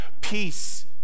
Peace